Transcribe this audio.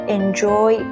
enjoy